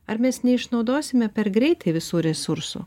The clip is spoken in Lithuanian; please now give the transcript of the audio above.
ar mes neišnaudosime per greitai visų resursų